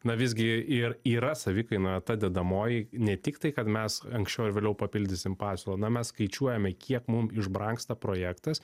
na visgi ir yra savikaina ta dedamoji ne tik tai kad mes anksčiau ar vėliau papildysim pasiūlą na mes skaičiuojame kiek mum išbrangsta projektas